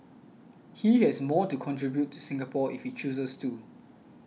he has more to contribute to Singapore if he chooses to